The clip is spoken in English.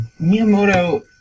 Miyamoto